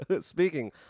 Speaking